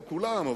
לא כולם,